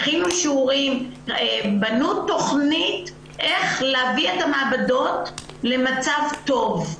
הכינו שיעורים ובנו תכנית איך להביא את המעבדות למצב טוב.